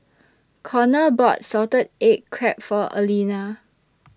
Konner bought Salted Egg Crab For Alina